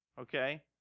Okay